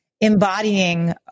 embodying